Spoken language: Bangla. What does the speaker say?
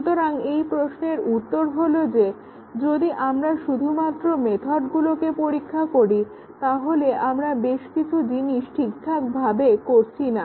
সুতরাং এই প্রশ্নের উত্তর হলো এটা যে যদি আমরা শুধুমাত্র মেথডগুলোকে পরীক্ষা করি তাহলে আমরা বেশ কিছু জিনিস ঠিকঠাকভাবে করছি না